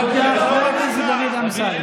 הינה, עברנו לשעת שאלות.